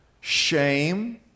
shame